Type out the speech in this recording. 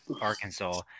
Arkansas